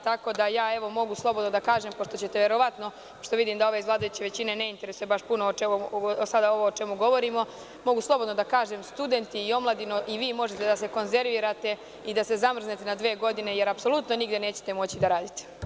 Tako da mogu slobodno da kažem, pošto ćete verovatno, pošto vidim da ove iz vladajuće većine ne interesuje baš puno ovo o čemu sada govorim, mogu slobodno da kažem – studenti i omladina i vi možete da se konzervirate i da se zamrznete na dve godine, jer apsolutno nigde nećete moći da radite.